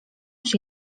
się